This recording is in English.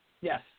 Yes